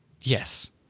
Yes